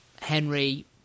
Henry